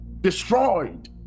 destroyed